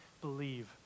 believe